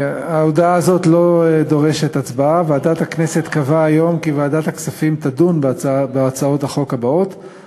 הצעת ועדת הכנסת להעביר את הצעת חוק הגנת הצרכן (תיקון,